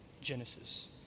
Genesis